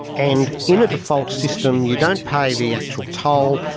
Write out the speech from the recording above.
and in a default system you don't pay the actual toll,